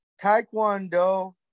Taekwondo